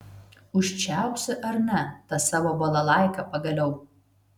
užčiaupsi ar ne tą savo balalaiką pagaliau